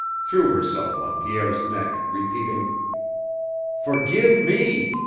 threw herself on pierre's neck, repeating forgive me!